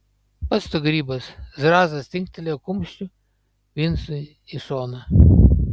pats tu grybas zrazas trinktelėjo kumščiu vincui į šoną